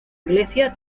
iglesia